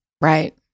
Right